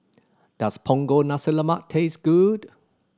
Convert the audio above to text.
does Punggol Nasi Lemak taste good